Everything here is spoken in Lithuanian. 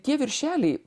tie viršeliai